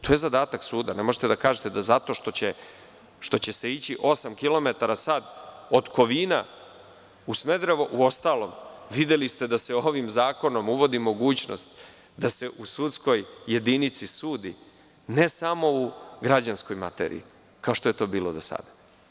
To je zadatak suda, ne možete da kažete da zato što će se ići osam kilometara sad od Kovina u Smederevo, u ostalom, videli ste da se ovim zakonom uvodi mogućnost da se u sudskoj jedinici sudi, ne samo u građanskoj materiji, kao što je to bilo do sada.